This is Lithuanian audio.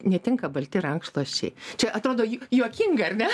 netinka balti rankšluosčiai čia atrodo juokinga ar ne